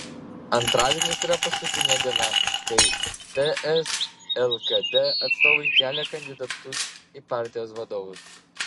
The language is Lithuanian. antradienis yra paskutinė diena kai ts lkd atstovai kelia kandidatus į partijos vadovus